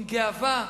עם גאווה,